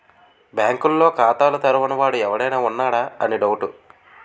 బాంకుల్లో ఖాతాలు తెరవని వాడు ఎవడైనా ఉన్నాడా అని డౌటు